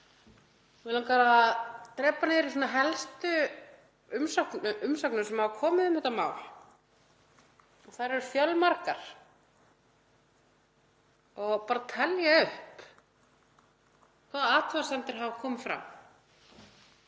Mig langar að drepa niður í helstu umsögnum sem hafa komið um þetta mál, en þær eru fjölmargar, og bara telja upp hvaða athugasemdir hafa komið fram